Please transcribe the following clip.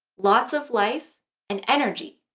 lots of life and energy.